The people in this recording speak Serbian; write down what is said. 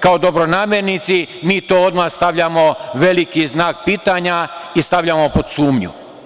kao dobronamernici, mi tu odmah stavljamo veliki znak pitanja i stavljamo pod sumnju.